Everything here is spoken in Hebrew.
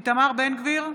איתמר בן גביר,